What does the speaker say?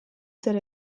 zer